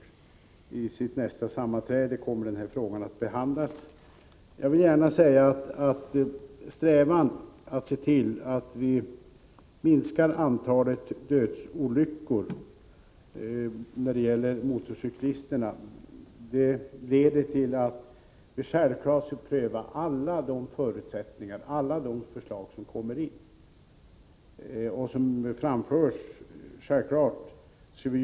Vid sitt nästa sammanträde skall gruppen behandla denna fråga. Jag vill gärna säga att strävan att se till att vi minskar antalet dödsolyckor bland motorcyklisterna leder till att vi självfallet skall beakta alla förutsätt ningar och pröva alla förslag som framförs.